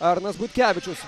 arnas butkevičius